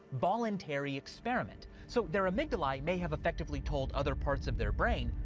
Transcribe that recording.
voluntary experiment, so their amygdalae may have effectively told other parts of their brain,